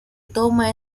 toma